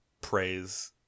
praise